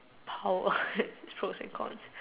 power has pros and cons